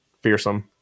fearsome